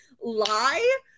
lie